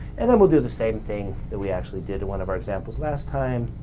and then we'll do the same thing that we actually did in one of our examples last time,